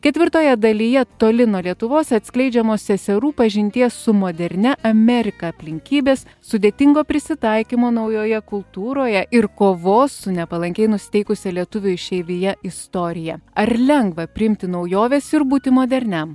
ketvirtoje dalyje toli nuo lietuvos atskleidžiamos seserų pažinties su modernia amerika aplinkybės sudėtingo prisitaikymo naujoje kultūroje ir kovos su nepalankiai nusiteikusia lietuvių išeivija istorija ar lengva priimti naujoves ir būti moderniam